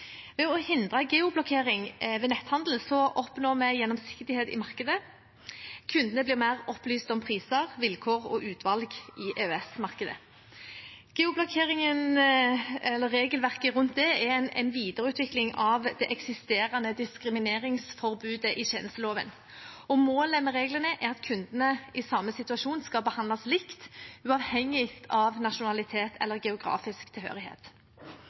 Ved å hindre geoblokkering ved netthandel oppnås mer gjennomsiktighet i markedene, og kundene blir mer opplyste om priser, vilkår og utvalg i EØS-markedet. Geoblokkeringsregelverket er en videreutvikling av det eksisterende diskrimineringsforbudet i tjenesteloven. Målet med reglene er at kunder i samme situasjon skal behandles likt, uavhengig av nasjonalitet eller geografisk tilhørighet.